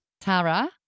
Tara